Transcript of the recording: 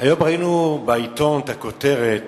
היום ראינו בעיתון את הכותרת